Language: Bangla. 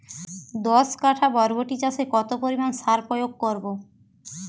দশ কাঠা বরবটি চাষে কত পরিমাণ সার প্রয়োগ করব?